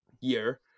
year